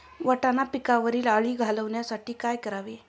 वाटाणा पिकावरील अळी घालवण्यासाठी काय करावे?